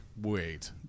wait